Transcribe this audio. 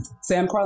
Sam